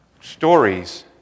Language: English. Stories